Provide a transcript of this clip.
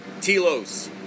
telos